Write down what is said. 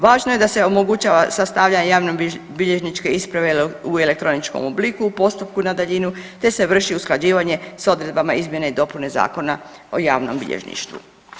Važno je da se omogućava sastavljanje javno-bilježničke isprave u elektroničkom obliku u postupku na daljinu, te se vrši usklađivanje sa odredbama izmjene i dopune Zakona o javnom bilježništvu.